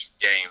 game